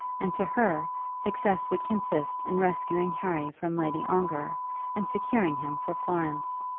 and to her success would consist in rescuing harry from lady ongar and securing him for florence.